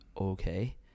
okay